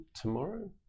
Tomorrow